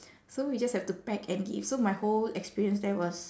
so we just have to pack and give so my whole experience there was